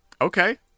Okay